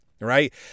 right